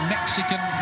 Mexican